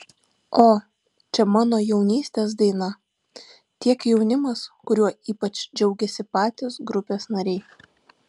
o čia mano jaunystės daina tiek jaunimas kuriuo ypač džiaugiasi patys grupės nariai